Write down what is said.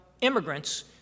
immigrants